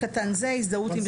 אבל